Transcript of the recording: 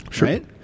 right